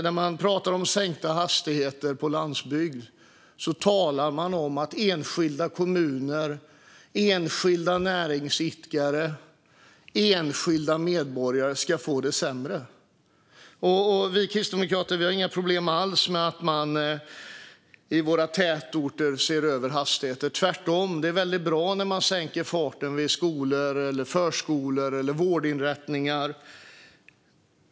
När man pratar om sänkta hastigheter på landsbygd talar man om att enskilda kommuner, enskilda näringsidkare och enskilda medborgare ska få det sämre. Vi kristdemokrater har inga problem alls med att man ser över hastigheter i våra tätorter. Tvärtom - det är väldigt bra när man sänker farten vid skolor, förskolor eller vårdinrättningar.